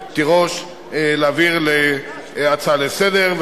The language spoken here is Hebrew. תירוש להעביר זאת להצעה לסדר-היום.